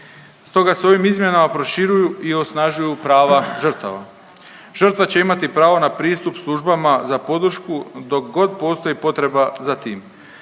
Stoga se ovim izmjenama proširuju i osnažuju prava žrtava. Žrtva će imati pravo na pristup službama za podršku dok god postoji potreba za tim